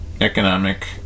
Economic